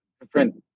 different